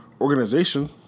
organization